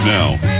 Now